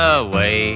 away